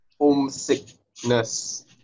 homesickness